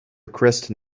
kristen